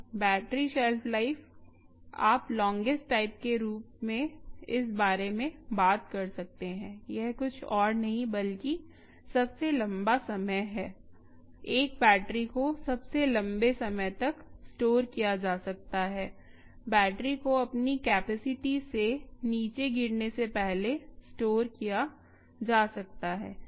battery shelf life आप longest time के रूप में इस बारे में बात कर सकते हैं यह कुछ और नहीं बल्कि सबसे लंबा समय है एक बैटरी को सबसे लंबे समय तक स्टोर किया जा सकता है बैटरी को अपनी कैपेसिटी से नीचे गिरने से पहले स्टोर किया जा सकता है